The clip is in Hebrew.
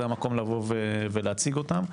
זה המקום להציג אותם,